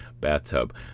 bathtub